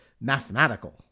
mathematical